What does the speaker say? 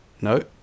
No